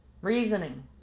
reasoning